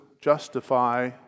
justify